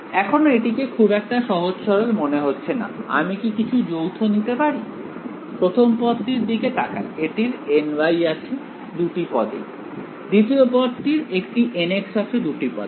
এখনো এটিকে খুব একটা সহজ সরল মনে হচ্ছে না আমি কি কিছু যৌথ নিতে পারি প্রথম পদটির দিকে তাকাই এটির ny আছে দুটি পদেই দ্বিতীয় পদটির একটি nx আছে দুটি পদেই